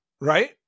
Right